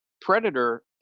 Predator